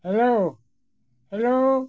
hello hello